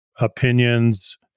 opinions